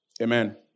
Amen